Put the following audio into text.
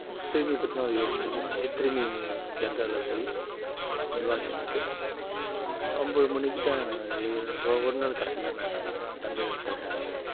திரும்பி பார்த்தின்னா ஒரு ஏழு மணிக்கு வந்து திரும்பியும் தர்காவில் போய் துவா செஞ்சுட்டு ஒம்பது மணிக்குதான் இது ஒ ஒரு நாள் கணக்குதான் நாங்கள் அங்கே தங்குகிற இடத்துல